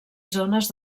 zones